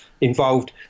involved